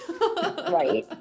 Right